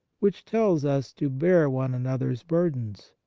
which tells us to bear one another s burdens.